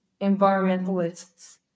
environmentalists